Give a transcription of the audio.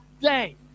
day